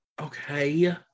Okay